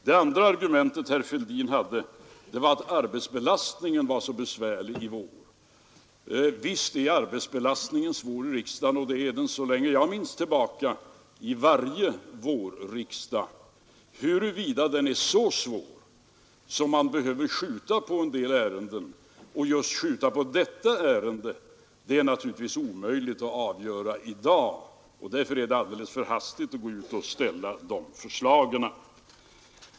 Det andra argumentet som herr Fälldin hade var att arbetsbelastningen var så besvärlig i vår. Visst är arbetsbelastningen svår i riksdagen, och det har den varit så långt tillbaka jag minns under varje vårriksdag. Huruvida den är så svår att man behöver skjuta på en del ärenden, och just skjuta på detta ärende, det är naturligtvis omöjligt att avgöra i dag, och därför är det alldeles för tidigt att gå ut och ställa ett sådant förslag.